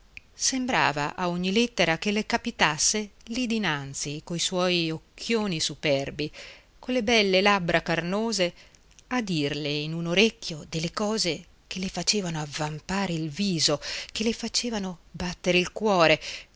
sembrava a ogni lettera che le capitasse lì dinanzi coi suoi occhioni superbi colle belle labbra carnose a dirle in un orecchio delle cose che le facevano avvampare il viso che le facevano battere il cuore